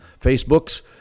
Facebooks